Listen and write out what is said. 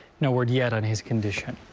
no word yet on his condition.